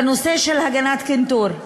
בנושא של הגנת קנטור.